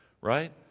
right